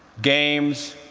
games,